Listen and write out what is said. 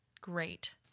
great